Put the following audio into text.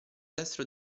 destro